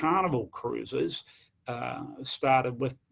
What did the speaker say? carnival cruises started with,